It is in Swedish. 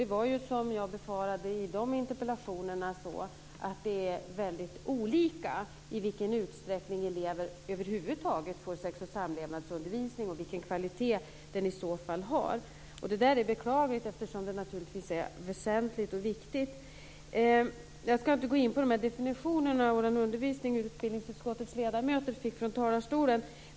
Det var ju som jag befarande i de interpellationerna, nämligen att det är väldigt olika i vilken utsträckning elever över huvud taget får sex och samlevnadsundervisning och vilken kvalitet den i så fall har. Det är beklagligt eftersom detta är väsentligt och viktigt. Jag ska inte gå in på de här definitionerna och den undervisning utbildningsutskottets ledamöter fick från talarstolen.